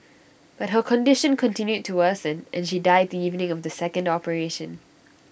but her condition continued to worsen and she died the evening of the second operation